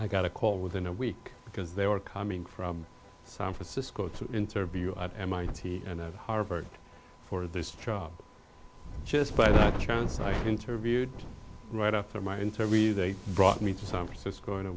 i got a call within a week because they were coming from san francisco to interview at mit and harvard for this job just by that chance i interviewed right after my interview they brought me to san francisco in a